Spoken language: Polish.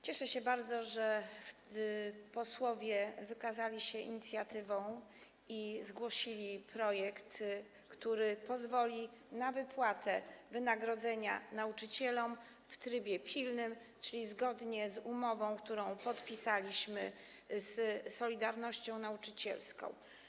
Cieszę się bardzo, że posłowie wykazali się inicjatywą i zgłosili projekt, który pozwoli na wypłatę wynagrodzenia nauczycielom w trybie pilnym, czyli zgodnie z umową, która podpisaliśmy z „Solidarnością” nauczycielską.